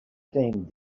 deemed